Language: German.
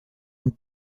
und